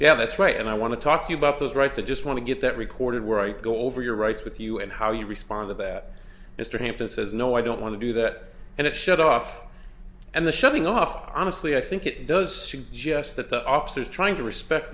yeah that's right and i want to talk you about those rights i just want to get that recorded where i go over your rights with you and how you respond to that mr hampton says no i don't want to do that and it's shut off and the shutting off honestly i think it does suggest that the office is trying to respect